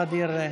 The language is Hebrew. ע'דיר,